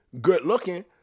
good-looking